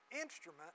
instrument